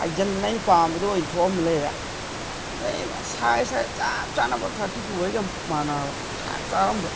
ꯍꯥꯏꯖꯟꯗꯅ ꯑꯩꯅ ꯄꯥꯝꯕꯗꯣ ꯑꯣꯏꯅ ꯊꯣꯛꯑꯝ ꯂꯩꯔꯦ ꯑꯗꯩ ꯑꯃꯨꯛ ꯁꯥꯏꯖ ꯍꯥꯏꯔꯦ ꯆꯞ ꯆꯥꯟꯅꯕ ꯊꯥꯔꯇꯤ ꯇꯨ ꯑꯣꯏ ꯃꯥꯟꯅꯕ ꯆꯞ ꯆꯥꯔꯝꯕ